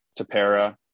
Tapera